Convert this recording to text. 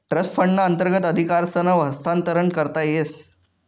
trust फंडना अंतर्गत अधिकारसनं हस्तांतरण करता येस